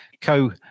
Co